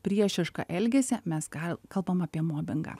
priešišką elgesį mes gal kalbam apie mobingą